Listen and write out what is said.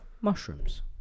Mushrooms